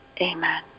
Amen